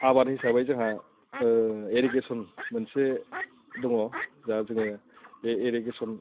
आबाद हिसाबै जोंहा इरिगेसन मोनसे दङ जा जोङो बे इरिगेसन